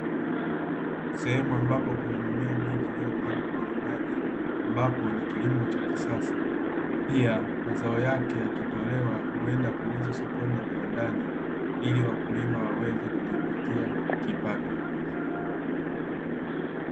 Sehemu ambapo kuna mimea mingi iliyopandwa kwenye maji ambapo ni kilimo cha kisasa, pia mazao yake yakitolewa huenda kuuzwa sokoni na viwandani ili wakulima waweze kujipatia kipato.